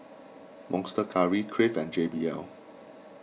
Monster Curry Crave and J B L